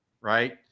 right